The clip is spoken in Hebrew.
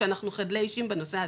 שאנחנו חדלי אישים בנושא הזה,